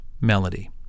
melody